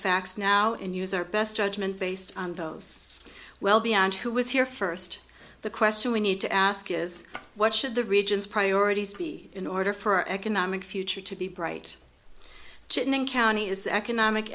facts now and use their best judgment based on those well beyond who was here first the question we need to ask is what should the region's priorities be in order for our economic future to be bright and county is the economic